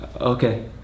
okay